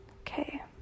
okay